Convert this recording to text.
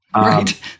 Right